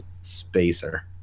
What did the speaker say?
spacer